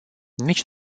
nici